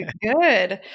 Good